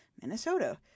Minnesota